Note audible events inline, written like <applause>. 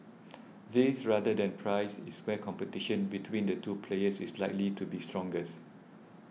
<noise> this rather than price is where competition between the two players is likely to be strongest